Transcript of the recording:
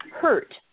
hurt